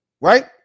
Right